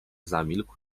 zamilkł